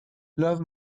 love